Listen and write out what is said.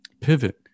Pivot